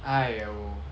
!aiyo!